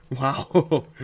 Wow